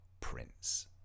Prince